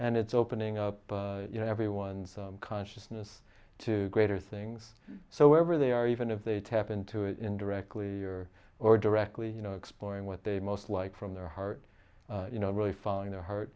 and it's opening up everyone's consciousness to greater things so wherever they are even if they tap into it indirectly your or directly you know exploring what they most like from their heart you know really following their heart